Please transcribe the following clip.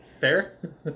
Fair